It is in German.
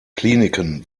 kliniken